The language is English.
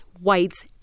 whites